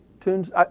tunes